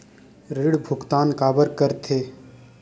ऋण भुक्तान काबर कर थे?